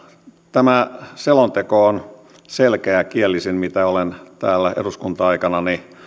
tämä selonteko on selkeäkielisin minkä olen täällä eduskunta aikanani